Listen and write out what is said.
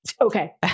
okay